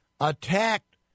attacked